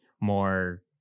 more